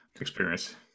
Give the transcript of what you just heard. experience